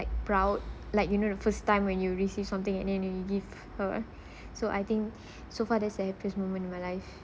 proud like you know the first time when you receive something and then you give her so I think so far that's the happiest moment in my life